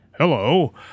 Hello